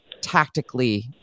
tactically